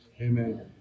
amen